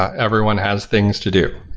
ah everyone has things to do,